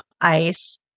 ice